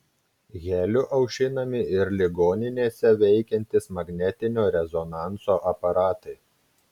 heliu aušinami ir ligoninėse veikiantys magnetinio rezonanso aparatai